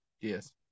Yes